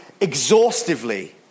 exhaustively